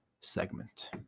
segment